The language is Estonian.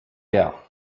tea